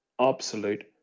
absolute